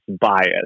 bias